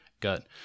gut